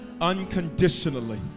unconditionally